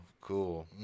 cool